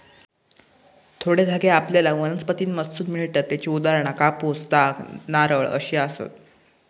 थोडे धागे आपल्याला वनस्पतींमधसून मिळतत त्येची उदाहरणा कापूस, ताग, नारळ अशी आसत